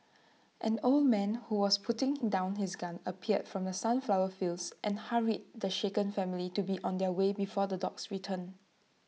an old man who was putting down his gun appeared from the sunflower fields and hurried the shaken family to be on their way before the dogs return